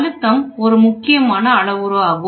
அழுத்தம் ஒரு மிக முக்கியமான அளவுருவாகும்